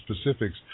specifics